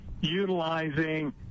utilizing